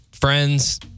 friends